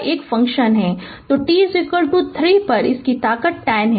तो t 3 पर इसकी ताकत 10 है